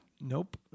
Nope